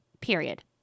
Period